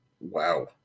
wow